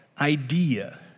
idea